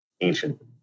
ancient